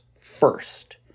first